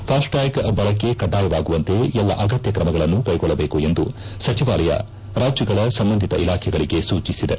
FASTag ಬಳಕೆ ಕಡ್ಡಾಯವಾಗುವಂತೆ ಎಲ್ಲ ಅಗತ್ಯ ಕ್ರಮಗಳನ್ನು ಕೈಗೊಳ್ಳಬೇಕು ಎಂದು ಸಚಿವಾಲಯ ರಾಜ್ಜಗಳ ಸಂಬಂಧಿತ ಇಲಾಖೆಗಳಿಗೆ ಸೂಚಿಸಿದೆ